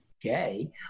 gay